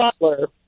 Butler